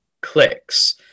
clicks